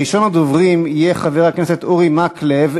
ראשון הדוברים יהיה חבר הכנסת אורי מקלב,